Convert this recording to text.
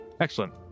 Excellent